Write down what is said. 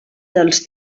dels